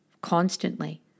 constantly